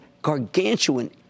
gargantuan